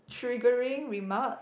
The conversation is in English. triggering remarks